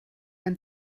ein